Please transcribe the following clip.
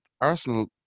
Arsenal